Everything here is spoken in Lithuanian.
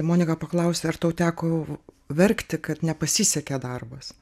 monika paklausė ar tau teko verkti kad nepasisekė darbas